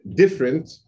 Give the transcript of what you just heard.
different